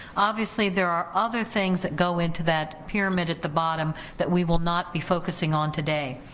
obviously there are other things that go into that pyramid, at the bottom, that we will not be focusing on today.